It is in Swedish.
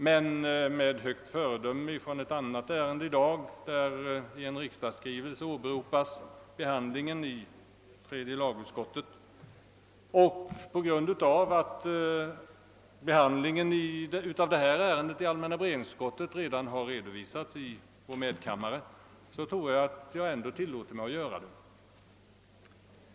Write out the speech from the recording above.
Men med högt föredöme från ett annat ärende i dag, där i en regeringsskrivelse åberopas behandlingen i tredje lagutskottet, och på grund av att behandlingen av detta ärende i allmänna beredningsutskottet redan har redovisats i medkammaren, tillåter jag mig ändå att tala om utskottsbehandlingen.